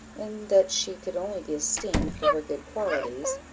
and that she could only be esteemed for her good qualities,